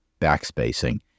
backspacing